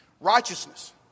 Righteousness